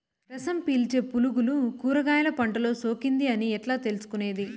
రసం పీల్చే పులుగులు కూరగాయలు పంటలో సోకింది అని ఎట్లా తెలుసుకునేది?